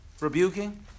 rebuking